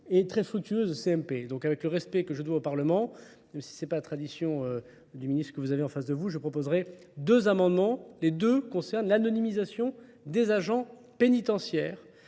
et très fructueuse CMP. Donc avec le respect que je dois au Parlement, même si ce n'est pas la tradition du ministre que vous avez en face de vous, je proposerai deux amendements. Les deux concernent l'anonymisation des agents pénitentiaires